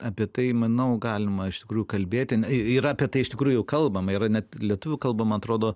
apie tai manau galima iš tikrųjų kalbėti na yra apie tai iš tikrųjų kalbama yra net lietuvių kalba man atrodo